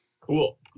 Cool